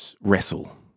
wrestle